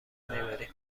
میبریم